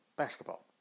basketball